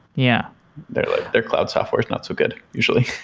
yeah their like their cloud software is not so good usually.